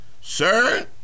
Sir